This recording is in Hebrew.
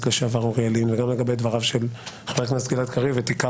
לשעבר אוריאל לין וגם לגבי דבריו של גלעד קריב את עיקר